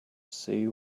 see